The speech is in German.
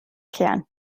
kern